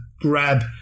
grab